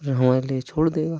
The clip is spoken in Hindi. और हमारे लिए छोड़ देगा